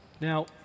Now